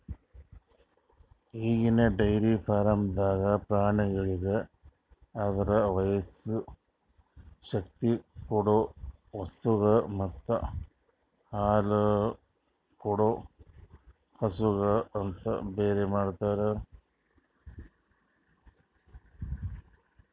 ಈಗಿನ ಡೈರಿ ಫಾರ್ಮ್ದಾಗ್ ಪ್ರಾಣಿಗೋಳಿಗ್ ಅದುರ ವಯಸ್ಸು, ಶಕ್ತಿ ಕೊಡೊ ವಸ್ತುಗೊಳ್ ಮತ್ತ ಹಾಲುಕೊಡೋ ಹಸುಗೂಳ್ ಅಂತ ಬೇರೆ ಮಾಡ್ತಾರ